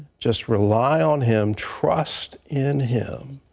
just rely on him, trust in him,